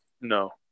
No